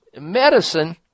Medicine